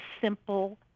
simple